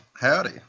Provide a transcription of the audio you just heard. Howdy